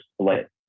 split